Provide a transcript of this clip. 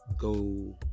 go